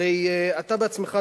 הרי אתה עצמך,